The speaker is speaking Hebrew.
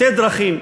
שתי דרכים,